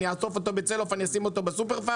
אני אעטוף אותו בצלופן ואשים אותו בסופר?